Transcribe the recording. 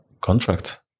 contract